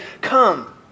come